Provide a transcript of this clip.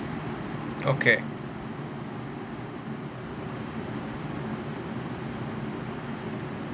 okay